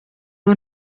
ubu